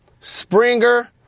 Springer